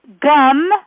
gum